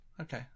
Okay